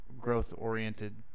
growth-oriented